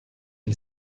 and